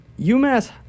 UMass